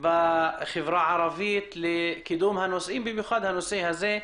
בחברה הערבית לקידום הנושאים ובמיוחד הנשוא הזה,